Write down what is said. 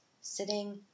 sitting